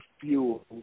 fuel